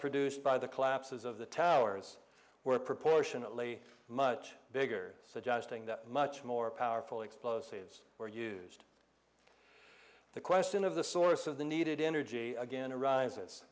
produced by the collapses of the towers were proportionately much bigger suggesting that much more powerful explosives were used the question of the source of the needed energy again arises